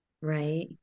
right